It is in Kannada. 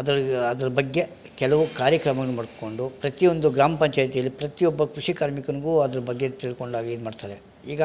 ಅದ್ರ ಅದ್ರ ಬಗ್ಗೆ ಕೆಲವು ಕಾರ್ಯಕ್ರಮಗಳನ್ನು ಮಾಡ್ಕೊಂಡು ಪ್ರತಿ ಒಂದು ಗ್ರಾಮ ಪಂಚಾಯ್ತಿಯಲ್ಲಿ ಪ್ರತಿ ಒಬ್ಬ ಕೃಷಿ ಕಾರ್ಮಿಕನಿಗು ಅದ್ರ ಬಗ್ಗೆ ತಿಳ್ಕೊಂಡಾಗೇನ್ಮಾಡ್ತಾರೆ ಈಗ